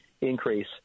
increase